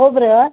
खोबरं